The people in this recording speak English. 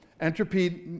Entropy